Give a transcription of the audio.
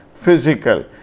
Physical